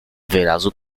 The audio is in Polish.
wyrazu